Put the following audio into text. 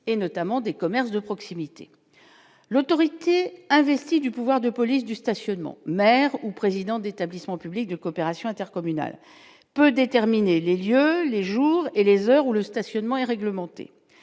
et notamment des commerces de proximité, l'autorité investie du pouvoir de police du stationnement, maires ou présidents d'établissements publics de coopération intercommunale peut déterminer les lieux, les jours et les heures où le stationnement est réglementé